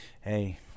Hey